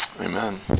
Amen